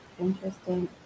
interesting